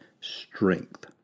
strength